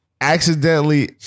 accidentally